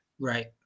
Right